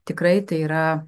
tikrai tai yra